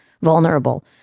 vulnerable